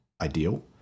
ideal